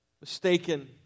mistaken